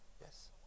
yes